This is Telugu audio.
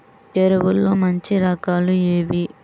ఎరువుల్లో మంచి రకాలు ఏవి?